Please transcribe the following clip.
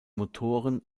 motoren